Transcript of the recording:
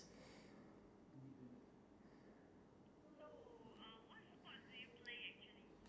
if you want to do activity in a group or family I think picnic I am not sure is it a activity